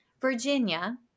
Virginia